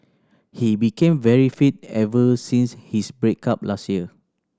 he became very fit ever since his break up last year